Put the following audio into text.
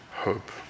hope